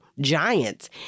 giants